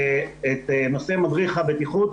בנושא מדריך הבטיחות,